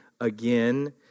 again